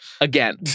again